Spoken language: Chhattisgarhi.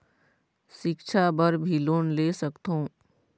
सिक्छा बर भी लोन ले सकथों?